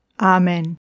Amen